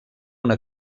una